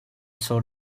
sort